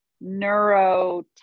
neuro